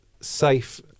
safe